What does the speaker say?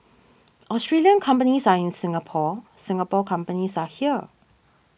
Australian companies are in Singapore Singapore companies are here